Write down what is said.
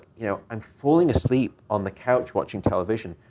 you know, i'm falling asleep on the couch watching television,